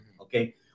okay